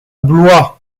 blois